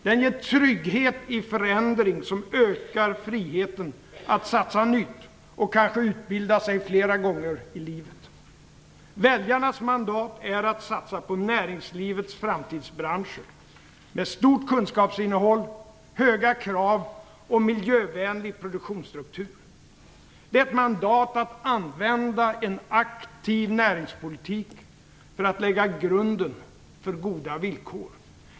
Den ger trygghet i förändring som ökar friheten att satsa nytt och kanske utbilda sig flera gånger i livet. Väljarnas mandat är att satsa på näringslivets framtidsbranscher med stort kunskapsinnehåll, höga krav och miljövänlig produktionsstruktur. Det är ett mandat att använda en aktiv näringspolitik för att lägga grunden för goda villkor.